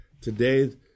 today